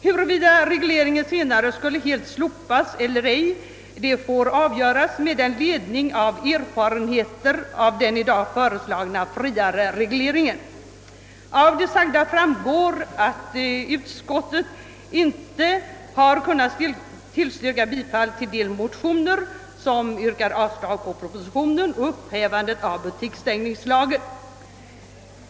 Huruvida regleringen senare skall slopas helt eller ej får avgöras med ledning av erfarenheterna av den i dag föreslagna friare regleringen. Av det ovannämnda framgår, att utskottet inte har kunnat tillstyrka bifall till de motioner, i vilka yrkas avslag på propositionen och upphävande av butiksstängningslagen.